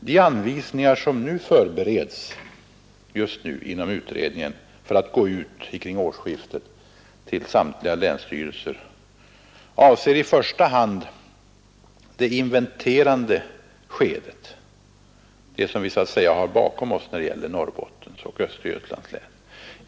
De anvisningar som just nu förbereds inom utredningen för att kring årsskiftet gå ut till samtliga länsstyrelser avser i första hand det inventerande skedet, vilket beträffande Norrbottens och Östergötlands län redan ligger bakom oss.